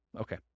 Okay